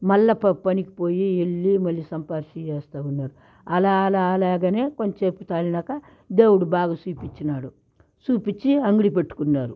మళ్ళీ ప పనికి పోయి వెళ్లి మళ్ళీ సంపాదించి చేస్తూ ఉన్నారు అలా అలా అలాగనే కొంసేపు తాళినాకా దేవుడు బాగా చూపించినాడు చూపించి అంగడి పెట్టుకున్నారు